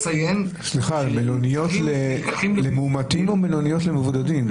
מלוניות למאומתים או מלוניות למבודדים?